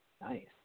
Nice